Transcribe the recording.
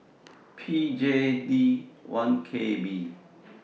P J D one K B